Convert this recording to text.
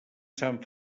sant